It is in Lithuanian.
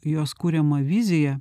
jos kuriamą viziją